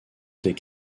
des